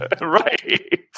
Right